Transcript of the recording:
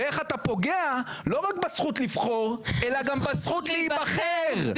ואיך אתה פוגע לא רק בזכות לבחור אלא גם בזכות להיבחר.